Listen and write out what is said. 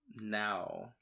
Now